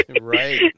right